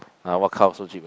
ah so cheap ah